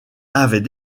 avait